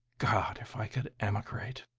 god! if i could emigrate.